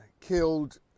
killed